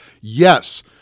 yes